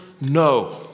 No